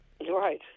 Right